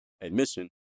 admission